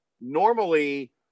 normally